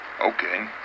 okay